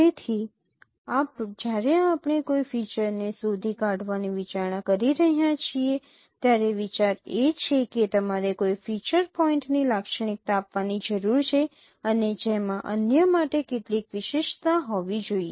તેથી જ્યારે આપણે કોઈ ફીચરને શોધી કાઢવાની વિચારણા કરી રહ્યા છીએ ત્યારે વિચાર એ છે કે તમારે કોઈ ફીચર પોઈન્ટની લાક્ષણિકતા આપવાની જરૂર છે અને જેમાં અન્ય માટે કેટલીક વિશિષ્ટતા હોવી જોઈએ